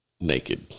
naked